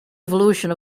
evolution